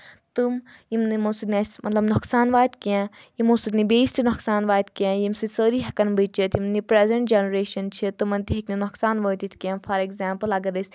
تٔمۍ یِم یِمَو سۭتۍ نہٕ اَسہِ مطلب نۄقصان واتہِ کینٛہہ یِمو سۭتۍ نہٕ بیٚیِس تہِ نۄقصان واتہِ کینٛہہ ییٚمہِ سۭتۍ سٲری ہؠکَن بٔچِتھ یِم نہٕ یہِ پرٛزَنٛٹ جَنریشَن چھِ تِمَن تہِ ہیٚکہِ نہٕ نۄقصان وٲتِتھ کینٛہہ فار ایٚگزامپٕل اگر أسۍ